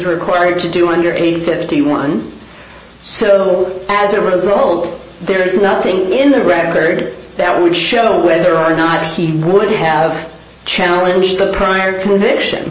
required to do under age fifty one so will as a result there is nothing in the record that would show whether or not he would have challenge the prior conviction